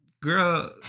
Girl